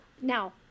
now